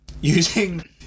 using